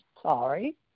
sorry